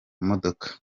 modoka